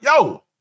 yo